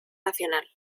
nacional